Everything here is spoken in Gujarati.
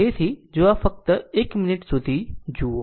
તેથી જો આ ફક્ત 1 મિનિટ સુધી જુઓ